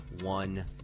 one